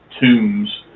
tombs